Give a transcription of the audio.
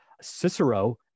Cicero